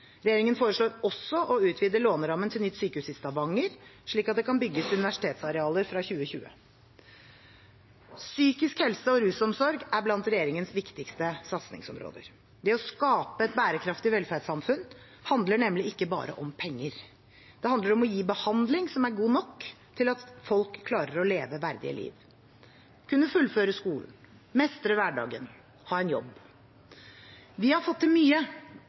Regjeringen foreslår også å utvide lånerammen til nytt sykehus i Stavanger, slik at det kan bygges universitetsarealer fra 2020. Psykisk helse og rusomsorg er blant regjeringens viktigste satsingsområder. Det å skape et bærekraftig velferdssamfunn handler nemlig ikke bare om penger. Det handler om å gi behandling som er god nok til at folk klarer å leve et verdig liv – å kunne fullføre skolen, mestre hverdagen, ha en jobb. Vi har fått til mye